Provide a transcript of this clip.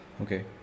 Okay